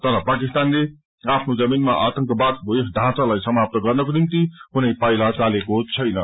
तर पाकिस्तानले आफ्नो जमीनमा आतंकवादको यस ढाँचालाई समाप्त गर्नको निम्ति कुनै पाइला चालेको छैन